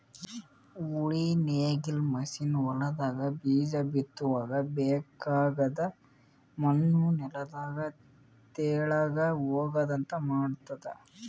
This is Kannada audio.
ಉಳಿ ನೇಗಿಲ್ ಮಷೀನ್ ಹೊಲದಾಗ ಬೀಜ ಬಿತ್ತುವಾಗ ಬೇಕಾಗದ್ ಮಣ್ಣು ನೆಲದ ತೆಳಗ್ ಹೋಗಂಗ್ ಮಾಡ್ತುದ